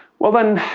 well, then,